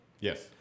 Yes